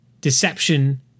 deception